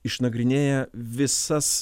išnagrinėja visas